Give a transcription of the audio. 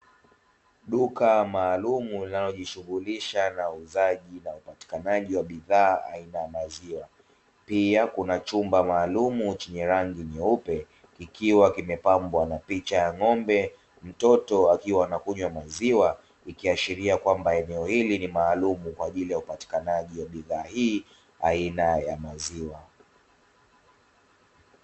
Duka maalumu linalojishughulisha na uuzaji na upatikanaji wa bidhaa aina ya maziwa. Pia kuna chumba maalumu chenye rangi nyeupe kikiwa kimepambwa na picha ya ng'ombe, mtoto akiwa anakunywa maziwa ikiashiria kwamba eneo hili ni maalumu kwa ajili ya upatikanaji wa bidhaa hii aina ya maziwa.